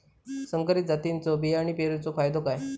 संकरित जातींच्यो बियाणी पेरूचो फायदो काय?